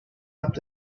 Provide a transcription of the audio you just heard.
left